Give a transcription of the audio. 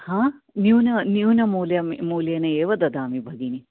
हां न्यून न्यून मूल्यं मूल्येन एव ददामि भगिनी